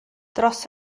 dros